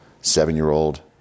seven-year-old